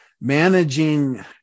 managing